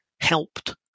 helped